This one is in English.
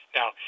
Now